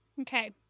okay